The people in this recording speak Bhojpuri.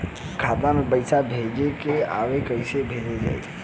खाता में पईसा भेजे ना आवेला कईसे भेजल जाई?